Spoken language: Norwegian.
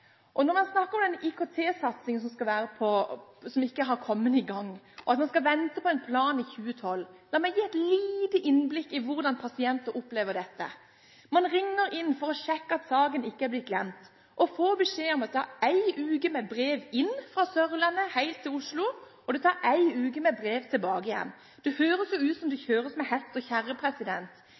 bekymret. Når man snakker om den IKT-satsingen som skal komme, og som ikke har kommet i gang, og at man skal vente på en plan i 2012, la meg gi et lite innblikk i hvordan pasienter opplever dette. Man ringer inn for å sjekke at saken ikke er blitt glemt, og får beskjed om at brev bruker én uke fra Sørlandet til Oslo og én uke tilbake igjen. Det høres jo ut som om det kjøres med hest og